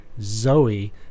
Zoe